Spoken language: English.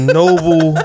noble